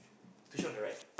on the right